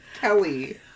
Kelly